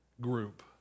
group